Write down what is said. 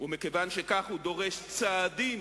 ומכיוון שכך, הוא דורש צעדים